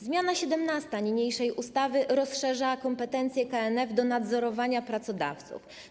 Zmiana 17. niniejszej ustawy rozszerza kompetencje KNF do nadzorowania pracodawców.